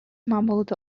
mumbled